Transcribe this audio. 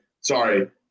sorry